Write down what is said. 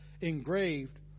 engraved